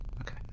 Okay